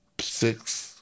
six